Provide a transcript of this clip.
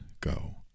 go